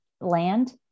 land